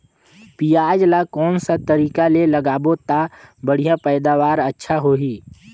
पियाज ला कोन सा तरीका ले लगाबो ता बढ़िया पैदावार अच्छा होही?